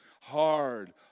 Hard